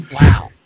Wow